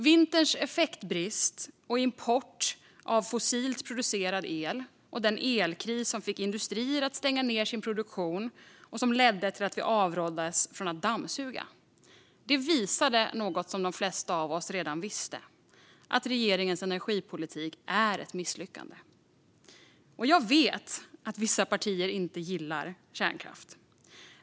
Vinterns effektbrist och import av fossilt producerad el och den elkris som fick industrier att stänga ned produktion och ledde till att vi avråddes från att dammsuga visade något som de flesta av oss redan visste: Regeringens energipolitik är ett misslyckande. Jag vet att vissa partier inte gillar kärnkraft.